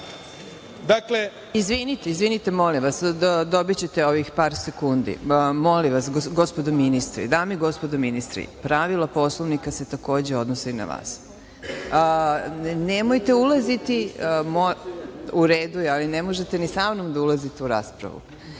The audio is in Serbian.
Raguš** Izvinite, molim vas. Dobićete ovih par sekundi. Molim vas, gospodo ministri, dame i gospodo ministri, pravila Poslovnika se takođe odnose i na vas. Nemojte ulaziti, u redu je, ali ne možete ni sa mnom da ulazite u raspravu. Dakle,